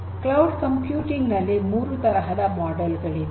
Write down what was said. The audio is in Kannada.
ಕ್ಲೌಡ್ ಕಂಪ್ಯೂಟಿಂಗ್ ನಲ್ಲಿ ಮೂರು ತರಹದ ಮಾಡೆಲ್ ಗಳಿವೆ